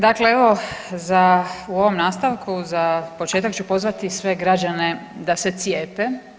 Dakle evo za, u ovom nastavku za početak ću pozvati sve građane da se cijepe.